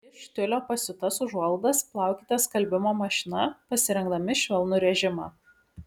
iš tiulio pasiūtas užuolaidas plaukite skalbimo mašina pasirinkdami švelnų režimą